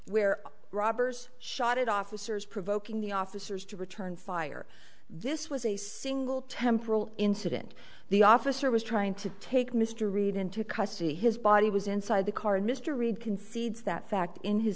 where robbers shot at officers provoking the officers to return fire this was a single temporal incident the officer was trying to take mr reed into custody his body was inside the car and mr reid concedes that fact in his